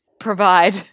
provide